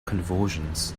convulsions